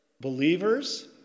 Believers